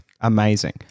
amazing